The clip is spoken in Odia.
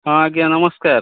ହଁ ଆଜ୍ଞା ନମସ୍କାର